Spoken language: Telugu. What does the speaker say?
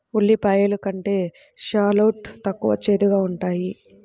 ఉల్లిపాయలు కంటే షాలోట్ తక్కువ చేదుగా ఉంటాయి